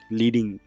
leading